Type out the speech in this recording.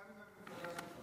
גם אם לא מהמפלגה שלך.